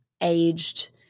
aged